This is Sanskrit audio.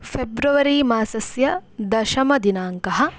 फ़ेब्रवरी मासस्य दशमदिनाङ्कः